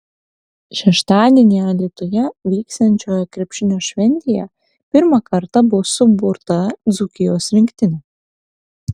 šeštadienį alytuje vyksiančioje krepšinio šventėje pirmą kartą bus suburta dzūkijos rinktinė